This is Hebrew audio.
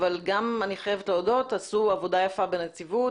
אבל אני חייבת להודות שעשו עבודה יפה בנציבות